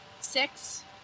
Six